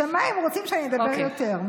משמיים רוצים שאני אדבר יותר.